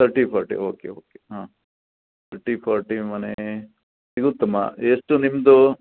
thirty forty okay okay ಹಾಂ thirty forty ಮನೆ ಸಿಗುತ್ತಮ್ಮ ಎಷ್ಟು ನಿಮ್ಮದು